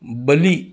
بلّی